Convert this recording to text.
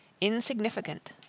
insignificant